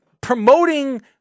promoting